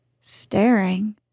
staring